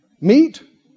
meat